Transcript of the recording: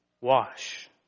wash